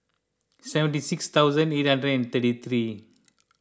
seventy six thousand eight hundred and thirty three